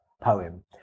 poem